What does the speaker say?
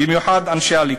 במיוחד אנשי הליכוד.